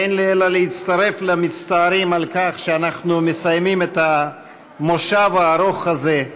אין לי אלא להצטרף למצטערים על כך שאנחנו מסיימים את המושב הארוך הזה,